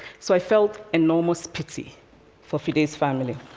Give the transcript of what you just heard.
so i felt enormous pity for fide's family.